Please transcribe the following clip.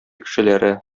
кешеләре